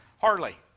Harley